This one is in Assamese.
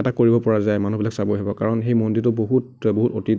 এটা কৰিব পৰা যায় মানুহবিলাক চাব আহিব কাৰণ সেই মন্দিৰটো বহুত বহুত ঐতি